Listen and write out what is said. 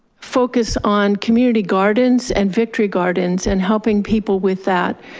focus on community gardens and victory gardens and helping people with that.